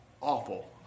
awful